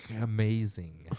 amazing